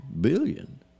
billion